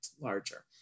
larger